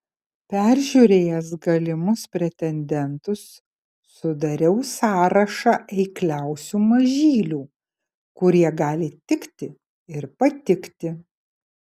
peržiūrėjęs galimus pretendentus sudariau sąrašą eikliausių mažylių kurie gali tikti ir patikti